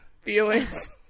feelings